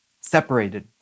separated